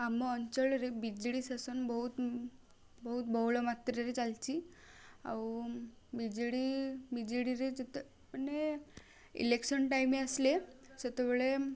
ଆମ ଅଞ୍ଚଳରେ ବିଜେଡ଼ି ଶାସନ ବହୁତ ବହୁତ ବହୁଳ ମାତ୍ରାରେ ଚାଲିଛି ଆଉ ବିଜେଡ଼ି ବିଜେଡ଼ିରେ ଯେତେ ମାନେ ଇଲେକ୍ସନ ଟାଇମ ଆସିଲେ ସେତେବେଳେ